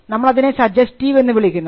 നമ്മളതിനെ സജസ്റ്റീവ് എന്ന് വിളിക്കുന്നു